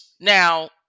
Now